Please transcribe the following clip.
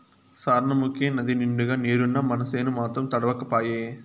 సార్నముకే నదినిండుగా నీరున్నా మనసేను మాత్రం తడవక పాయే